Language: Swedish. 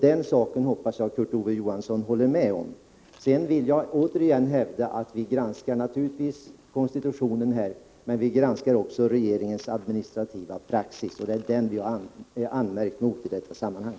Den saken hoppas jag att Kurt Ove Johansson håller med om. Sedan vill jag återigen hävda att vi naturligtvis granskar konstitutionen, men vi granskar också regeringens administrativa praxis. Det är den vi har anmärkt på i detta sammanhang.